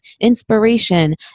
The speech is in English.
inspiration